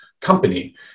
company